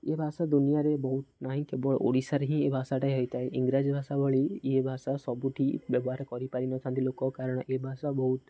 ଏ ଭାଷା ଦୁନିଆରେ ବହୁତ ନାହିଁ କେବଳ ଓଡ଼ିଶାରେ ହିଁ ଏ ଭାଷାଟା ହେଇଥାଏ ଇଂରାଜୀ ଭାଷା ଭଳି ଇଏ ଭାଷା ସବୁଠି ବ୍ୟବହାର କରିପାରିନଥାନ୍ତି ଲୋକ କାରଣ ଏ ଭାଷା ବହୁତ